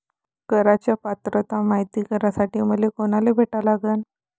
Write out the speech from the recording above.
कराच पात्रता मायती करासाठी मले कोनाले भेटा लागन?